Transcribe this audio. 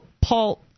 Paul